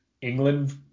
England